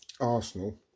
Arsenal